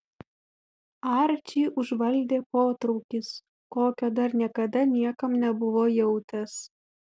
arčį užvaldė potraukis kokio dar niekada niekam nebuvo jautęs